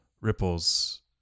ripples